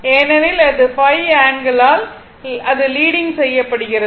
ஏனெனில் அது ϕ ஆங்கிளால் அது லீடிங் செய்யப் படுகிறது